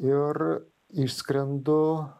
ir išskrendu